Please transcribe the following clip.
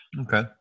Okay